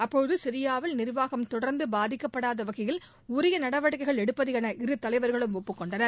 அப்போது சிரியாவில் நிர்வாகம் தொடர்ந்து பாதிக்கப்படாத வகையில் உரிய நடவடிக்கைகள் எடுப்பது என இரு தலைவர்களும் ஒப்புகொண்டனர்